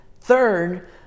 Third